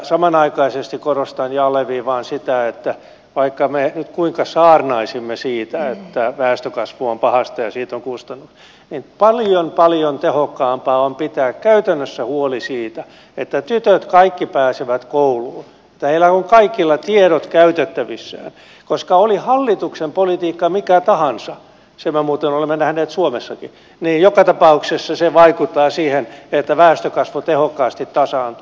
samanaikaisesti korostan ja alleviivaan sitä että vaikka me nyt kuinka saarnaisimme siitä että väestönkasvu on pahasta ja siitä on kustannuksia niin paljon paljon tehokkaampaa on pitää käytännössä huoli siitä että kaikki tytöt pääsevät kouluun että heillä on kaikilla tiedot käytettävissään koska oli hallituksen politiikka mikä tahansa sen me muuten olemme nähneet suomessakin joka tapauksessa se vaikuttaa siihen että väestönkasvu tehokkaasti tasaantuu